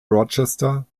rochester